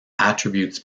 attributes